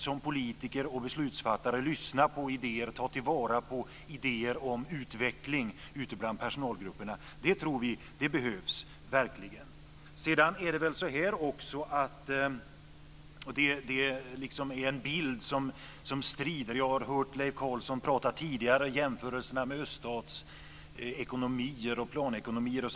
Som politiker och beslutsfattare ska vi lyssna mycket mer på idéer och ta till vara idéer om utveckling ute hos personalgrupperna. Det tror vi verkligen behövs. Jag har hört Leif Carlson prata tidigare när han har gjort jämförelser med öststatsekonomier och planekonomier.